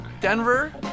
Denver